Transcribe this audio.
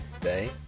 Day